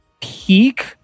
Peak